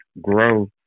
grow